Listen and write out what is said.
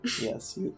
Yes